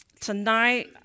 tonight